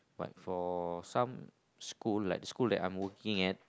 like for some school like school that I'm working at